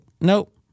nope